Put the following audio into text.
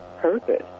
purpose